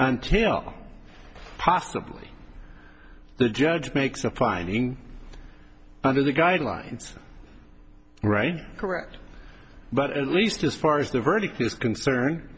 until possibly the judge makes a finding under the guidelines correct but at least as far as the verdict is concerned